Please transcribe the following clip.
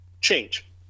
change